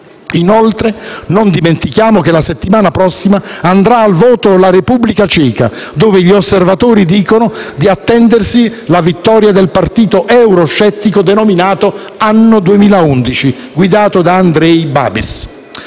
Inoltre, non dimentichiamo che la settimana prossima andrà al voto la Repubblica Ceca, dove gli osservatori dicono di attendersi la vittoria del partito euroscettico ANO 2011, guidato da Andrej Babis.